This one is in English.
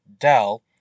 Dell